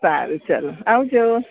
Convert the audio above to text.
સારું ચાલો આવજો